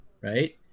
right